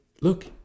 look